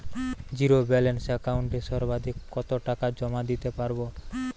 Zero balance একাউন্টে সর্বাধিক কত টাকা জমা দিতে পারব?